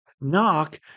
Knock